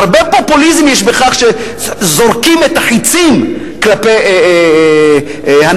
הרבה פופוליזם יש בכך שזורקים את החצים כלפי הנגיד.